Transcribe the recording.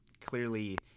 clearly